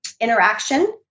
interaction